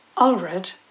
Ulred